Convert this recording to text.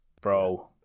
bro